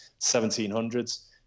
1700s